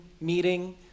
meeting